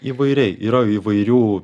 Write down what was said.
įvairiai yra įvairių